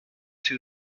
two